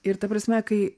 ir ta prasme kai